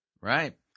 Right